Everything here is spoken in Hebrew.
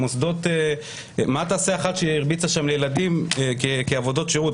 מה תעשה אחת שהרביצה לילדים כעבודות שירות?